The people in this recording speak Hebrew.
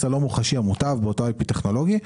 הלא מוחשי המוטב באותו IP טכנולוגי,